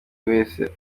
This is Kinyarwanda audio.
wese